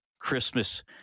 christmas